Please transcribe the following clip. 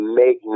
make